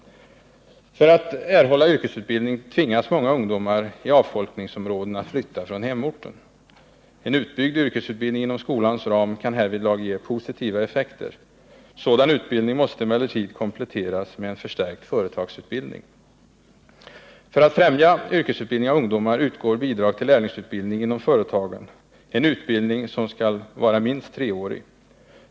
För att erhålla yrkesutbildning tvingas många ungdomar i avfolkningsområden att flytta från hemorten. En utbyggd yrkesutbildning inom skolans ram kan härvidlag ge positiva effekter. Sådan utbildning måste emellertid kompletteras med en förstärkt företagsutbildning. För att främja yrkesutbildning av ungdomar utgår bidrag till lärlingsutbildning inom företagen, en utbildning som skall vara minst treårig.